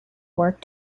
work